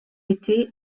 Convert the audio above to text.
été